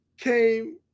came